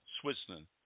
Switzerland